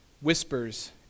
whispers